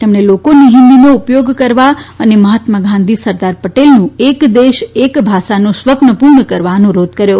તેમજ્ઞે લોકોને હિન્દીનો ઉપયોગ કરવા અને મહાત્મા ગાંધી સરદાર પટેલનું એક દેશ એક ભાષાનું સ્વપ્ર પૂર્ણ કરવા અનુરોધ કર્યો